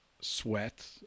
sweat